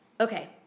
Okay